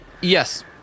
Yes